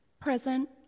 Present